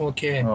Okay